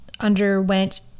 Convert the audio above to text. Underwent